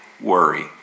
worry